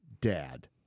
dad